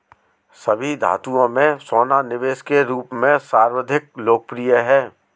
सभी धातुओं में सोना निवेश के रूप में सर्वाधिक लोकप्रिय है